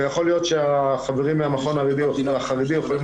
ויכול להיות שהחברים מהמכון החרדי יכולים